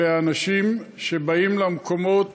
אלה אנשים שבאים למקומות